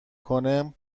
کنه